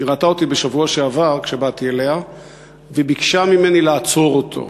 היא ראתה אותי בשבוע שעבר כשבאתי אליה והיא ביקשה ממני לעצור אותו.